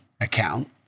account